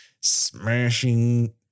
smashing